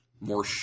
more